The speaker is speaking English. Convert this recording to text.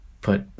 put